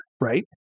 right